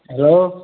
hello